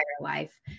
life